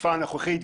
בתקופה הנוכחית,